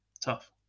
Tough